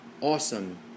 Awesome